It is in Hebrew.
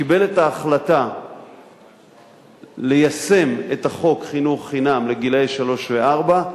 שקיבל את ההחלטה ליישם את חוק חינוך חינם לגילאי שלוש וארבע,